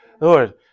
lord